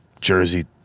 Jersey